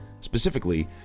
Specifically